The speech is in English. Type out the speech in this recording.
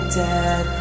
dead